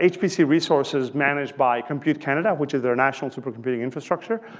ah hpc resources managed by compute canada, which is their national supercomputing infrastructure.